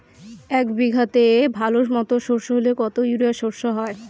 এক বিঘাতে ভালো মতো সর্ষে হলে কত ইউরিয়া সর্ষে হয়?